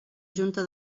junta